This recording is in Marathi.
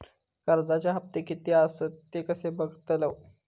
कर्जच्या हप्ते किती आसत ते कसे बगतलव?